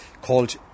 called